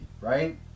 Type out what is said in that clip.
right